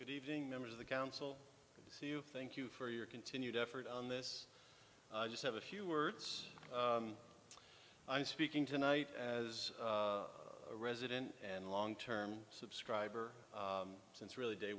good evening members of the council thank you for your continued effort on this just have a few words i'm speaking tonight as a resident and a long term subscriber since really day